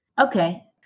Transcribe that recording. Okay